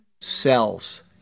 cells